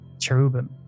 cherubim